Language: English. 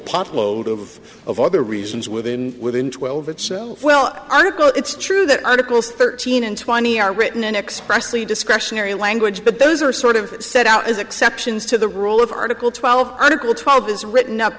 pot load of of other reasons within within twelve itself well article it's true that articles thirteen and twenty are written in expressly discretionary language but those are sort of set out as exceptions to the rule of article twelve article twelve is written up